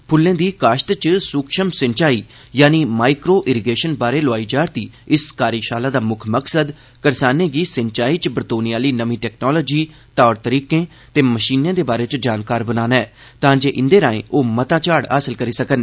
फ्ल्लें दी काश्त च सूक्ष्म सिंचाई यानि माइक्रो इरीग्रेशन बारै लोआई जा'रदी इस कार्यशाला दा मुक्ख मकसद करसानें गी सिंचाई च बरतोने आहली नर्मी टैक्नालोजी तौर तरीकें ते मशीनें बारै जानकार बनाना ऐ तांजे इंदे राएं ओह् मता झाड़ हासल करी सकन